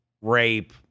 rape